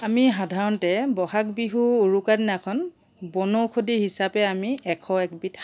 আমি সাধাৰণতে বহাগ বিহু উৰুকা দিনাখন বনৌষধি হিচাপে আমি এশ এবিধ শাক